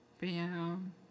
Bam